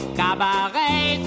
cabaret